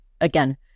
again